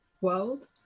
world